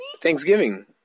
thanksgiving